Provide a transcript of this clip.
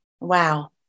Wow